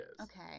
Okay